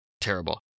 terrible